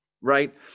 right